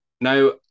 now